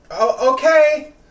Okay